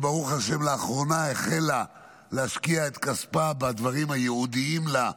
שברוך השם לאחרונה החלה להשקיע את כספה בדברים הייעודים לה,